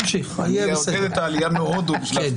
אני שוב מתנצל.